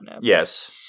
Yes